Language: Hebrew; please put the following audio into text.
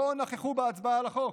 לא נכחו בהצבעה על החוק.